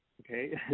okay